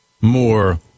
more